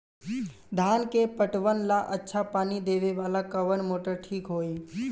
धान के पटवन ला अच्छा पानी देवे वाला कवन मोटर ठीक होई?